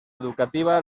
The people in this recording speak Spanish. educativa